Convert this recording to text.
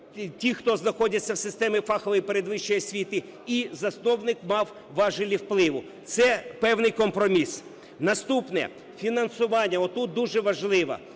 ті, хто знаходяться в системі фахової передвищої освіти, і засновник мав важелі впливу. Це певний компроміс. Наступне – фінансування. Отут дуже важливо.